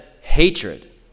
hatred